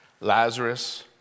Lazarus